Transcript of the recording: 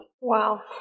wow